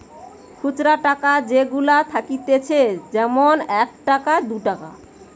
খুচরা টাকা যেগুলা থাকতিছে যেমন এক টাকা, দু টাকা